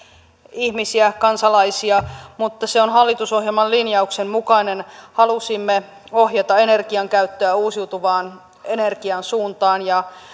ihmisiä kansalaisia mutta se on hallitusohjelman linjauksen mukainen halusimme ohjata energiankäyttöä uusiutuvan energian suuntaan ja